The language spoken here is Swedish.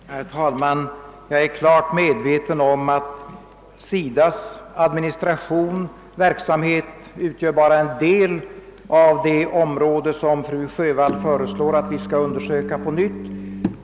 Herr talman! Jag är klart medveten om att SIDA:s administration och verksamhet bara utgör en del av det område som fru Sjövall föreslår att vi skall undersöka på nytt.